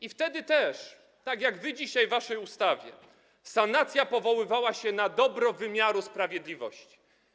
I wtedy też, tak jak wy dzisiaj w waszej ustawie, sanacja powoływała się na dobro wymiaru sprawiedliwości.